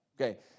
okay